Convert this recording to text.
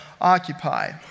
occupy